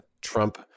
Trump